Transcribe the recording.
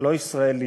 לא ישראלי.